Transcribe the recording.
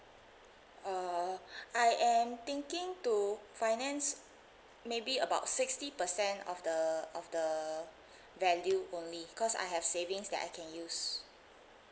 uh I am thinking to finance maybe about sixty percent of the of the value only cause I have savings that I can use